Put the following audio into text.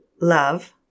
love